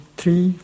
three